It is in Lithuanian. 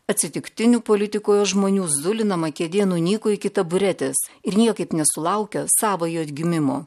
atsitiktinių politikoje žmonių zulinama kėdė nunyko iki taburetės ir niekaip nesulaukia savojo atgimimo